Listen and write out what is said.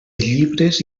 llibres